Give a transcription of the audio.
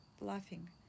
laughing